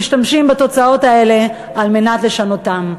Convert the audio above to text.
משתמשים בתוצאות האלה כדי לשנותן.